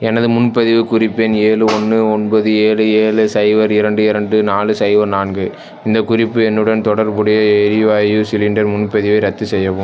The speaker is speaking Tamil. எனது முன்பதிவுக் குறிப்பு எண் ஏழு ஒன்று ஒன்பது ஏழு ஏழு சைபர் இரண்டு இரண்டு நாலு சைபர் நான்கு இந்தக் குறிப்பு எண்ணுடன் தொடர்புடைய எரிவாயு சிலிண்டர் முன்பதிவை ரத்து செய்யவும்